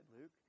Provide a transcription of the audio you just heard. Luke